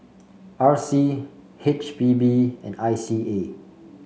R C H P B and I C A